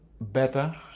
better